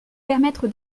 permettre